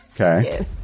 Okay